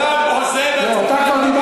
אתה, על מה אתה מדבר.